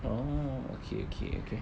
oh okay okay okay